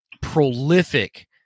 prolific